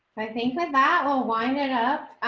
i think my battle wind it up.